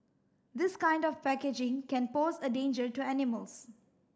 this kind of packaging can pose a danger to animals